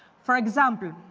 for example,